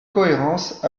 cohérence